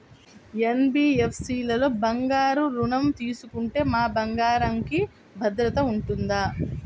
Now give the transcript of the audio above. NBFC లలో బంగారు ఋణం తీసుకుంటే మా బంగారంకి భద్రత ఉంటుందా?